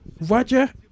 roger